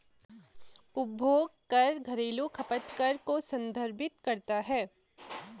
उपभोग कर घरेलू खपत कर को संदर्भित करता है